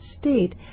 state